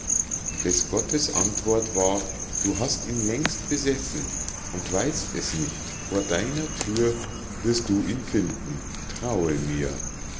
des gottes antwort war du hast ihn längst besessen und weißt es nicht vor deiner thür wirst du ihn finden traue mir